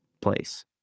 place